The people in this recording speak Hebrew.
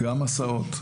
גם הסעות,